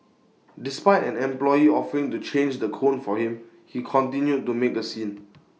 despite an employee offering to change the cone for him he continued to make A scene